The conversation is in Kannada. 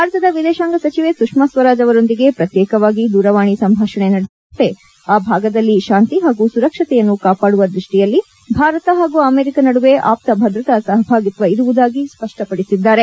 ಭಾರತದ ವಿದೇಶಾಂಗ ಸಚಿವೆ ಸುಷ್ನಾ ಸ್ವರಾಜ್ ಅವರೊಂದಿಗೆ ಪ್ರತ್ಯೇಕವಾಗಿ ದೂರವಾಣಿ ಸಂಭಾಷಣೆ ನಡೆಸಿದ ಮ್ಲೆಕ್ ಪಾಂಪೆ ಆ ಭಾಗದಲ್ಲಿ ಶಾಂತಿ ಹಾಗೂ ಸುರಕ್ಷತೆಯನ್ನು ಕಾಪಾಡುವ ದೃಷ್ಷಿಯಲ್ಲಿ ಭಾರತ ಹಾಗೂ ಅಮೆರಿಕ ನಡುವೆ ಆಪ್ತ ಭದ್ರತಾ ಸಹಭಾಗಿತ್ವ ಇರುವುದಾಗಿ ಸ್ಪಷ್ಟಪಡಿಸಿದ್ದಾರೆ